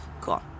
Cool